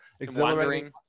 exhilarating